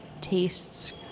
tastes